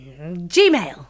Gmail